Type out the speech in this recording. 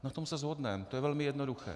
Na tom se shodneme, to je velmi jednoduché.